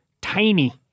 Tiny